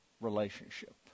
relationship